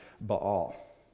Baal